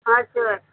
हजुर